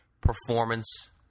performance